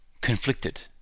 conflicted